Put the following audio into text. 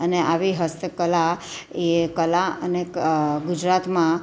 અને આવી હસ્તકલા એ કલા અને ગુજરાતમાં